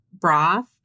broth